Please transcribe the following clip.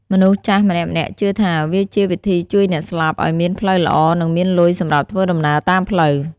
មនុស្សចាស់ម្នាក់ៗជឿថា វាជាវិធីជួយអ្នកស្លាប់ឲ្យមានផ្លូវល្អនិងមានលុយសម្រាប់ធ្វើដំណើរតាមផ្លូវ។